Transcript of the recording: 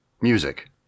music